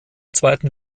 zweiten